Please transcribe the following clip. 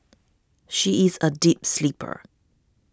she is a deep sleeper